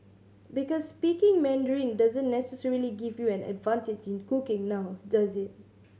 because speaking Mandarin doesn't necessarily give you an advantage in cooking now does it